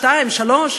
2 או 3,